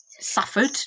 suffered